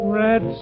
red